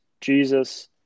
Jesus